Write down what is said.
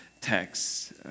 text